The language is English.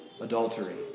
adultery